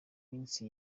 minsi